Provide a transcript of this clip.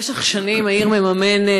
במשך שנים העיר מממנת,